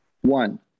One